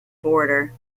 border